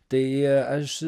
tai aš